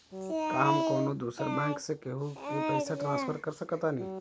का हम कौनो दूसर बैंक से केहू के पैसा ट्रांसफर कर सकतानी?